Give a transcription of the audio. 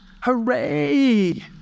hooray